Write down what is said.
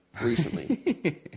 recently